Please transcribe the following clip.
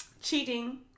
Cheating